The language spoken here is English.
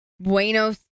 Buenos